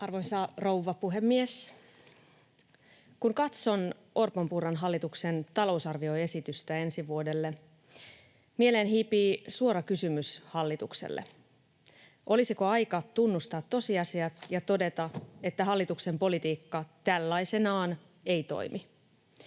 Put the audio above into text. Arvoisa rouva puhemies! Kun katson Orpon—Purran hallituksen talousarvioesitystä ensi vuodelle, mieleen hiipii suora kysymys hallitukselle: olisiko aika tunnustaa tosiasiat ja todeta, että hallituksen politiikka tällaisenaan ei toimi?